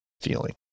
feeling